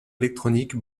électronique